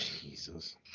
Jesus